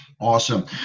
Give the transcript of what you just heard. Awesome